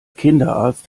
kinderarzt